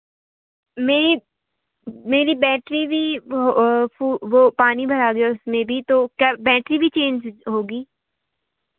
मेरी मेरी बैटरी भी फू वो पानी भरा गया उसमें भी तो क्या बैटरी भी चेंज होगी